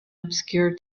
obscure